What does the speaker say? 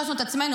נטשנו את עצמנו.